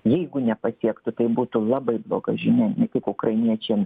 jeigu nepasiektų tai būtų labai bloga žinia ne tik ukrainiečiam